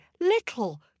little